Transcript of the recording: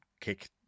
kick